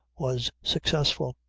was successful.